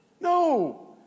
No